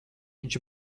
viņš